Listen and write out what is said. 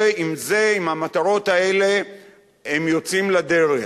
עם המטרות האלה הם יוצאים לדרך.